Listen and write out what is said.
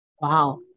wow